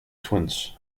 twins